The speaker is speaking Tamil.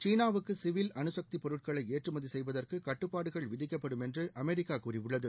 சீனாவுக்கு சிவில் அணுக்தி பொருட்களை ஏற்றுமதி செய்வதற்கு கட்டுப்பாடுகள் விதிக்கப்படும் என்று அமெரிக்கா கூறியுள்ளது